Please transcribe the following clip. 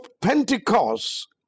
Pentecost